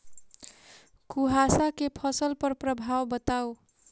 कुहासा केँ फसल पर प्रभाव बताउ?